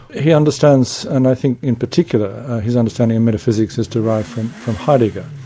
he understands and i think in particular his understanding of metaphysics is derived from from heidegger.